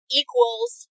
equals